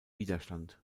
widerstand